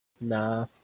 Nah